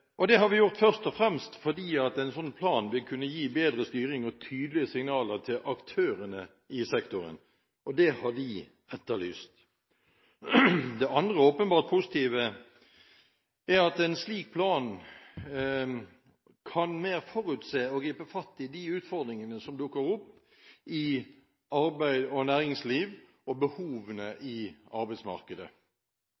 og det har vi gjort først og fremst fordi en slik plan vil kunne gi bedre styring og tydelige signaler til aktørene i sektoren – og det har vi etterlyst. Det andre åpenbart positive er at en slik plan kan mer forutse og gripe fatt i de utfordringene som dukker opp i arbeidsmarked og næringsliv, og behovene